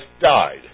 died